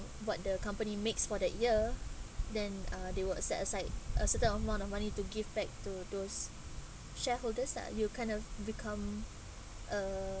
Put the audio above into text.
what the company makes for that year then uh they will uh set aside a certain amount of money to give back to those shareholders ah you kind of become uh